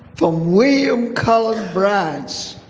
from william cullen bryant,